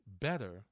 better